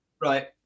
right